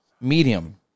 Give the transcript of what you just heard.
medium